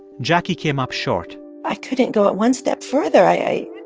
jackie came up short i couldn't go one step further. i